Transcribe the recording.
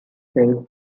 self